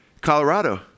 Colorado